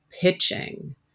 pitching